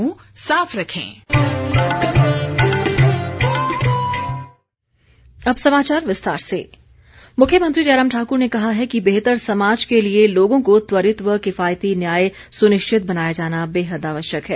मुख्यमंत्री मुख्यमंत्री जयराम ठाकुर ने कहा है कि बेहतर समाज के लिए लोगों को त्वरित व किफायती न्याय सुनिश्चित बनाया जाना बेहद आवश्यक है